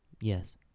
Yes